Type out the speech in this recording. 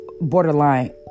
borderline